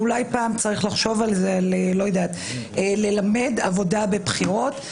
ואולי פעם צריך לחשוב איך ללמד עבודה בבחירות.